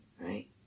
right